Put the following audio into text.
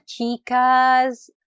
chicas